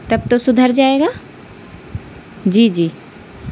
تب تو سدھر جائے گا جی جی